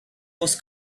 was